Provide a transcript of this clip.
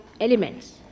elements